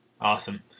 Awesome